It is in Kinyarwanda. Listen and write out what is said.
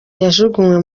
yajugunywe